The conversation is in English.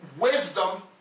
wisdom